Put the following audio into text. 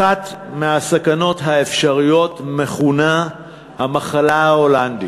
אחת הסכנות האפשריות מכונה "המחלה ההולנדית".